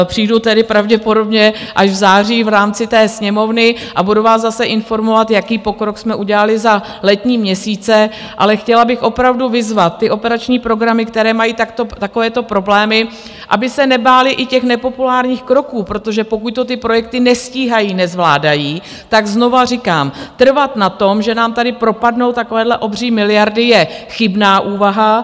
Přijdu tedy pravděpodobně až v září v rámci té Sněmovny a budu vás zase informovat, jaký pokrok jsme udělali za letní měsíce, ale chtěla bych opravdu vyzvat ty operační programy, které mají takovéto problémy, aby se nebály i těch nepopulárních kroků, protože pokud to ty projekty nestíhají, nezvládají, tak znova říkám, trvat na tom, že nám tady propadnou takové obří miliardy, je chybná úvaha.